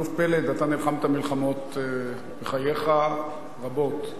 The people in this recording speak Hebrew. האלוף פלד, אתה נלחמת מלחמות בחייך, רבות,